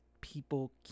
people